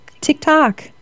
TikTok